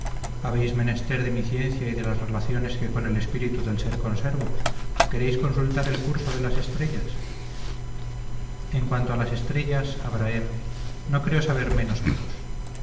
habéis menester de mi ciencia y de las relaciones que con el espíritu del ser conservo queréis consultar el curso de las estrellas en cuanto a las estrellas abrahem no creo saber menos que vos